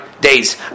days